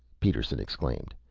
peterson exclaimed.